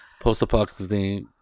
post-apocalyptic